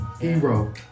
Hero